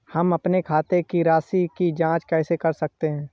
हम अपने खाते की राशि की जाँच कैसे कर सकते हैं?